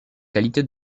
qualité